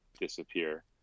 disappear